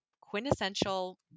quintessential